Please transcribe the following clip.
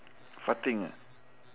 farting ah